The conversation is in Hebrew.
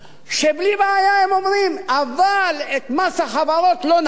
שבלי בעיה הם אומרים: אבל את מס החברות לא נעלה.